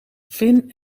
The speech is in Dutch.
finn